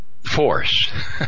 force